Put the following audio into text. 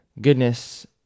goodness